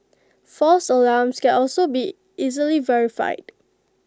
false alarms can also be easily verified